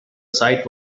site